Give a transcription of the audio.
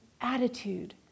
attitude